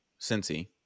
Cincy